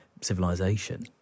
civilization